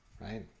Right